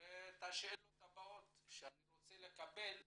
את השאלות הבאות שאני רוצה לקבל תשובות,